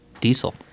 diesel